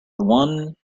one